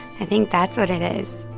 i think that's what it is.